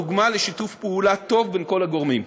דוגמה לשיתוף פעולה טוב בין כל הגורמים.